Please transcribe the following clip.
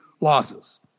losses